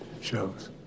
shows